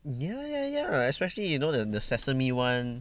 yeah yeah yeah especially you know the the sesame one